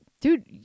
dude